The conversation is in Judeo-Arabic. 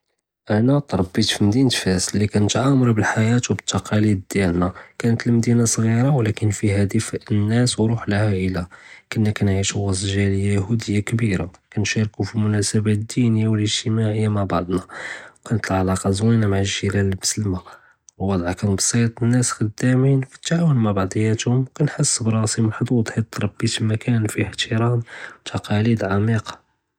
אנה תְרבִּית פְּמדִינָה פאס לִי כָּנת עָאמְרָה בּאלחְיַאה וּתּקּאלִיד דִיאַלנָא, כָּנת למדִינָה צְגִ'ירָה וּלכֵּן פִיהָא דִפָאת אלנָאס וּרוּח אלעאאִלָה, כּנָא כּנְעִישוּ וּאסְט גָ'אלִיָה כְּבִּירָה כּנְשָׁארְכוּ פִּלמנאאסבּאת אִלְדִינִיָה וּאִגְ'תִמָעִיָה מע בּעְדְנָא, כָּנת אלעלאקָּה זוּיְנָה מעא גִ'ירָאן למֻסְלִמָה, ודּוענָא כָּן בּסִיט, נָאס חְדָאמִין פִתּעָאוּן מעא בּעְדִיַאתְהוּם, כּנחס בּראסִי מחְצוּ'ז חִית תְרבִּית פִּמכָּאן פִיה אִחְתִראם וּתּקּאלִיד עְמִיקָּה.